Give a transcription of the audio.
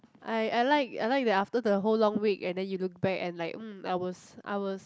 I I like I like that after the whole long week and then you look back and like mm I was I was